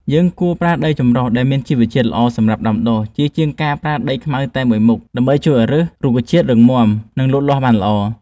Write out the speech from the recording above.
យើងគួរប្រើដីចម្រុះដែលមានជីវជាតិល្អសម្រាប់ដាំដុះ ជាជាងការប្រើតែដីខ្មៅតែមួយមុខ ដើម្បីជួយឱ្យឫសរុក្ខជាតិរឹងមាំ និង លូតលាស់បានល្អ។